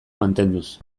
mantenduz